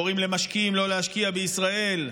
קוראים למשקיעים לא להשקיע בישראל,